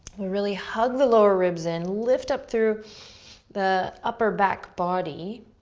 really hug the lower ribs in, lift up through the upper back body.